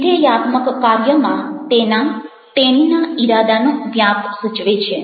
વિધેયાત્મક કાર્યમાં તેનાતેણીના ઇરાદાનો વ્યાપ સૂચવે છે